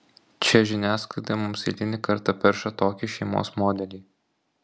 čia žiniasklaida mums eilinį kartą perša tokį šeimos modelį